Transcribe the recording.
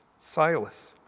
Silas